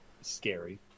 scary